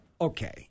okay